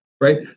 right